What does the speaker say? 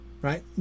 right